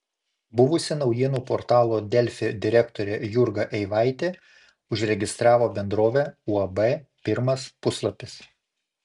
buvusi naujienų portalo delfi direktorė jurga eivaitė užregistravo bendrovę uab pirmas puslapis